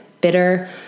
bitter